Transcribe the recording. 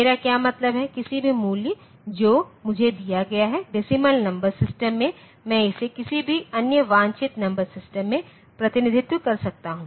मेरा क्या मतलब है किसी भी मूल्य जो मुझे दिया गया है डेसीमल नंबर सिस्टम में मैं इसे किसी अन्य वांछनीय नंबर सिस्टम में प्रतिनिधित्व कर सकता हूं